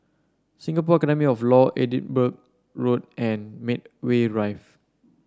Singapore Academy of Law Edinburgh Road and Medway Drive